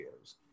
videos